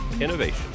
innovation